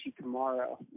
tomorrow